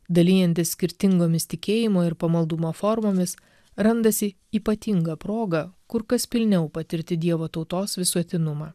dalijantis skirtingomis tikėjimo ir pamaldumo formomis randasi ypatinga proga kur kas pilniau patirti dievo tautos visuotinumą